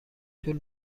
طول